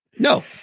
No